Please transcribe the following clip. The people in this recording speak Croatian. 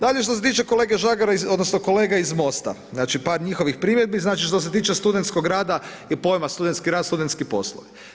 Dalje što se tiče kolege Žagara, odnosno kolega iz MOST-a, znači par njihovih primjedbi, znači što se tiče studentskog rada i pojma studentski rad, studentski poslovi.